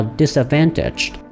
disadvantaged